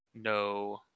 no